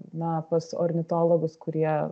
na pas ornitologus kurie